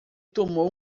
tomou